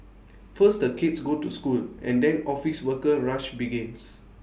first the kids go to school and then office worker rush begins